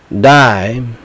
die